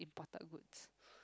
imported goods